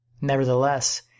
Nevertheless